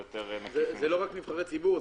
זה לא רק נבחרי ציבור,